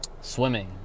Swimming